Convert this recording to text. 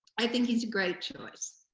i think he's a great choice.